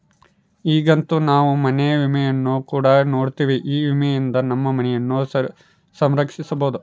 ಈಗಂತೂ ನಾವು ಮನೆ ವಿಮೆಯನ್ನು ಕೂಡ ನೋಡ್ತಿವಿ, ಈ ವಿಮೆಯಿಂದ ನಮ್ಮ ಮನೆಯನ್ನ ಸಂರಕ್ಷಿಸಬೊದು